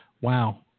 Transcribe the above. Wow